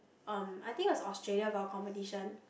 um I think it was Australia for a competition